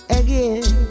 again